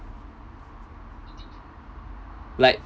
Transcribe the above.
like